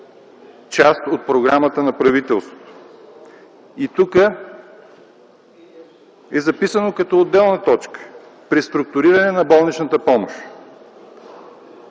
част от Програмата на правителството. И тук е записано като отделна точка: преструктуриране на болничната помощ.